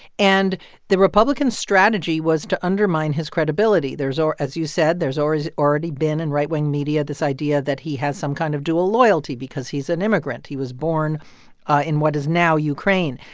and the republican strategy was to undermine his credibility. there's as you said, there's always already been in right-wing media this idea that he has some kind of dual loyalty because he's an immigrant. he was born in what is now ukraine.